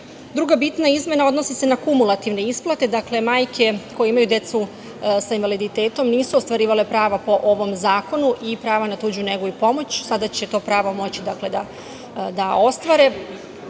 jula. Druga bitna izmena odnosi se na kumulativne isplate, majke koje imaju decu sa invaliditetom nisu ostvarivale pravo po ovom zakonu i pravo na tuđu negu i pomoć, sada će to pravo moći da ostvare